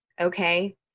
Okay